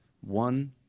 One